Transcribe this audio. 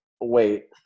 wait